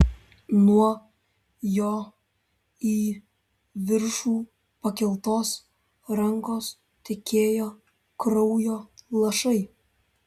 nuo jo į viršų pakeltos rankos tekėjo kraujo lašai